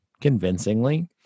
convincingly